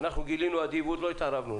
אנחנו גילינו אדיבות ולא התערבנו,